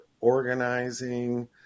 organizing